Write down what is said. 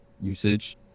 usage